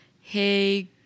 hey